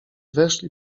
weszli